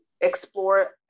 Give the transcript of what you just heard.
explore